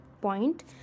point